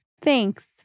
Thanks